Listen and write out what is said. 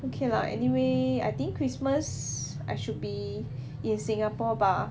okay lah anyway I think christmas I should be in singapore bah